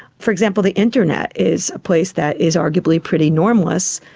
for example, the internet is a place that is arguably pretty normless.